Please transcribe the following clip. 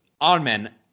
Armen